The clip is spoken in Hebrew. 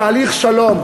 תהליך השלום.